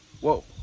Whoa